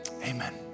Amen